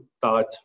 thought